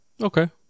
Okay